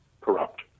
corrupt